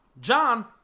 John